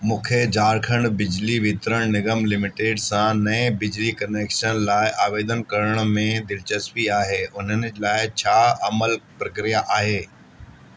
मूंखे झारखंड बिजली वितरण निगम लिमिटेड सां नए बिजली कनेक्शन लाइ आवेदन करण में दिलचस्पी आहे उन्हनि लाइ छा अमल प्रक्रिया आहे